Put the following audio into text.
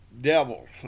devils